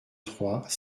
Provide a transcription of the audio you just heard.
trois